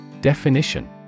Definition